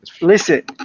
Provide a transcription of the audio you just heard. Listen